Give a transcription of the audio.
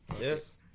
Yes